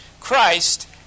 Christ